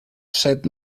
set